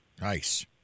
Nice